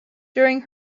during